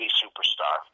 superstar